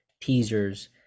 teasers